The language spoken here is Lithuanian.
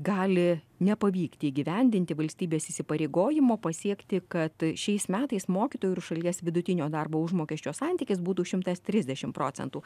gali nepavykti įgyvendinti valstybės įsipareigojimų pasiekti kad šiais metais mokytojų ir šalies vidutinio darbo užmokesčio santykis būtų šimtas trisdešim procentų